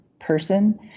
person